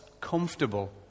comfortable